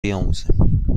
بیاموزیم